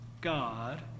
god